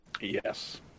Yes